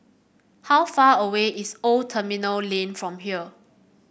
how far away is Old Terminal Lane from here